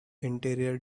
interior